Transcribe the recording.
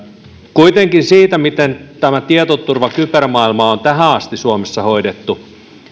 kuitenkin siitä miten tämä tietoturva ja kybermaailma on tähän asti suomessa hoidettu